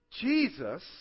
Jesus